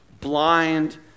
blind